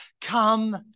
Come